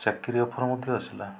ଚାକିରି ଅଫର୍ ମଧ୍ୟ ଆସିଲା